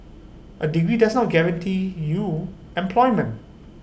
A degree does not guarantee you employment